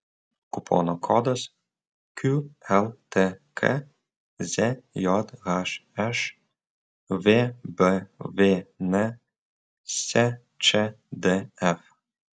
kupono kodas qltk zjhš vbvn sčdf